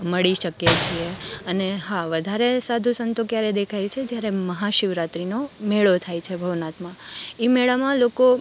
મળી શકીએ છીએ અને હા વધારે સાધુ સંતો ક્યારે દેખાય છે જ્યારે મહાશિવ રાત્રીનો મેળો થાય છે ભવનાથમાં ઈ મેળામાં લોકો